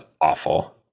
awful